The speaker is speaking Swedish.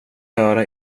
höra